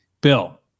Bill